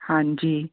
ਹਾਂਜੀ